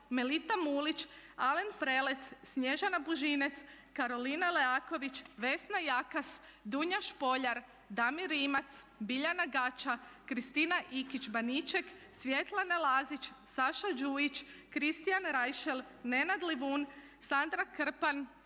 Melita Mulić, Alen Prelec, Snježana Bužinec, Karolina Leaković, Vesna Jakas, Dunja Špoljar, Damir Rimac, Biljana Gača, Kristina Ikić Baniček, Svjetlana Lazić, Saša Đujić, Kristijan Rajšel, Nenad Livun, Sandra Krpan,